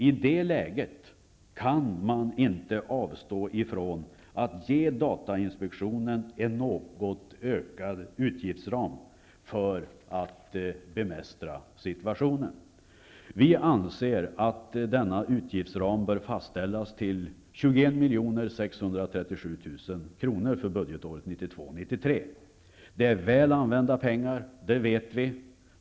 I det läget kan man inte avstå från att ge datainspektionen en något ökad utgiftsram för att bemästra situationen. Vi anser att denna utgiftsram bör fastställas till 21 637 000 kr. för budgetåret 1992/93. Det är väl använda pengar, det vet vi.